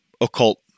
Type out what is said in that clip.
occult